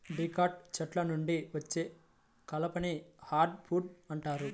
dicot చెట్ల నుండి వచ్చే కలపని హార్డ్ వుడ్ అంటారు